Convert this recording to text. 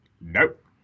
nope